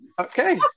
Okay